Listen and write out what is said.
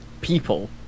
people